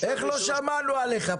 איך לא שמענו עליך?